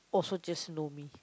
also just know me